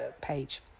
page